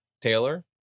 Taylor